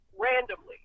randomly